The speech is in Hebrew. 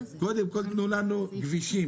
קודם כל תנו לנו כבישים,